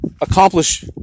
accomplish